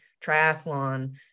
triathlon